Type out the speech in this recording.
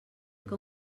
que